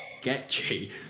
sketchy